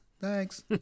thanks